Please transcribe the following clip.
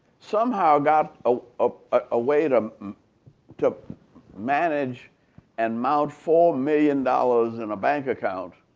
somehow got ah ah a way to to manage and mount four million dollars in a bank account